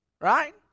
Right